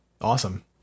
Awesome